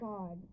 God